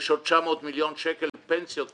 יש עוד 900 מיליון שקלים פנסיות תקציביות.